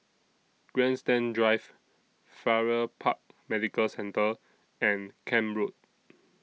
Grandstand Drive Farrer Park Medical Centre and Camp Road